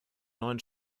neuen